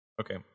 Okay